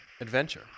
adventure